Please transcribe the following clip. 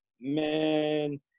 man